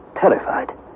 terrified